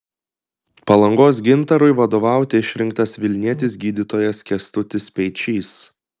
palangos gintarui vadovauti išrinktas vilnietis gydytojas kęstutis speičys